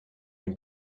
den